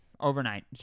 Overnight